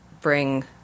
bring